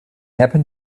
happen